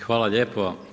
Hvala lijepo.